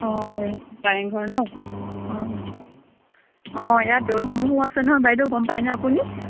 অঁ কাৰেংঘৰ ন অঁ অঁ ইয়াত দৌলসমূহো আছে নহয় বাইদেউ গম পাইনে আপুনি